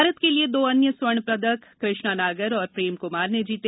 भारत के लिए दो अन्य स्वर्ण पदक कृष्णा नागर और प्रेम कुमार ने जीते